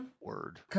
Word